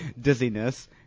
Dizziness